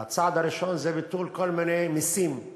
והצעד הראשון זה ביטול כל מיני מסים.